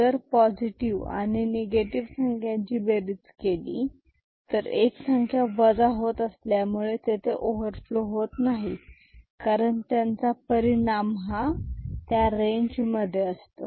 जर पॉझिटिव्ह आणि निगेटिव्ह संख्या ची बेरीज केली तर एक संख्या वजा होत असल्यामुळे ओव्हरफ्लो होत नाही कारण त्यांचा परिणाम हा रेंज मध्ये असतो